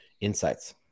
insights